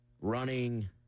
running –